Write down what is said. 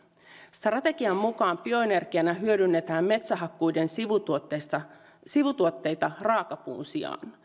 strategian mukaan bioenergiana hyödynnetään metsähakkuiden sivutuotteita sivutuotteita raakapuun sijaan